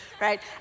right